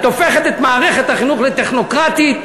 את הופכת את מערכת החינוך לטכנוקרטית.